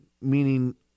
meaning